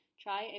try